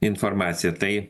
informacija tai